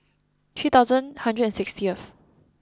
three thousand hundred and sixtieth